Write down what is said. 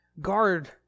guard